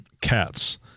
Cats